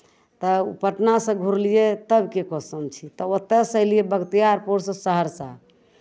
तऽ उ पटनासँ घुड़लियै तबके क्वेस्चन छी ओतयसँ एलियै बख्तियारपुरसँ सहरसा